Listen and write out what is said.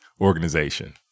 organization